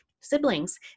siblings